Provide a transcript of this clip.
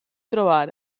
trobar